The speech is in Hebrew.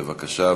בבקשה,